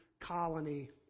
colony